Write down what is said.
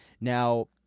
now